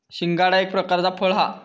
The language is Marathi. शिंगाडा एक प्रकारचा फळ हा